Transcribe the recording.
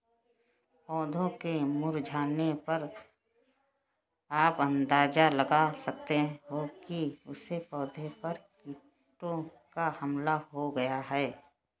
पौधों के मुरझाने पर आप अंदाजा लगा सकते हो कि उस पौधे पर कीटों का हमला हो गया है